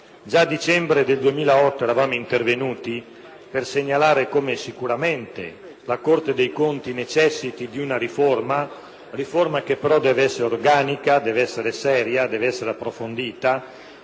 Già a dicembre del 2008 eravamo intervenuti per segnalare come sicuramente la Corte dei Conti necessiti di una riforma, che però deve essere organica, seria ed approfondita,